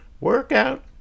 Workout